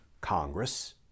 Congress